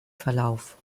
verlauf